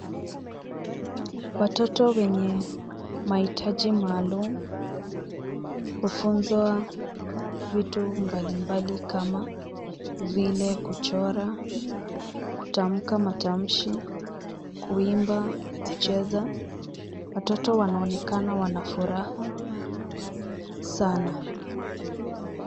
Watoto wenye mahitaji maalum hufunzwa vitu mbali mbali kama vile: kuchora, kutamka matamshi, kuimba, kucheza. Watoto wanaonekana wana furaha sana.